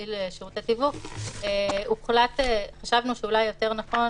מפעיל שירותי תיווך חשבנו שאולי יותר נכון